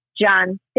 John